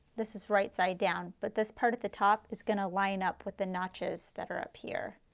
this is right side down. but this part at the top is going to line up with the notches that are up here.